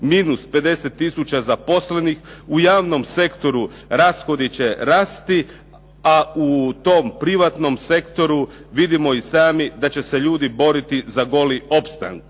minus 50 tisuća zaposlenih u javnom sektoru rashodi će rasti, a u tom privatnom sektoru vidimo i sami da će se ljudi boriti za goli opstanak.